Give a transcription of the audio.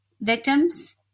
victims